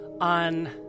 on